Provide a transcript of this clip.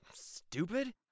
Stupid